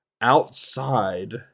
outside